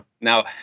Now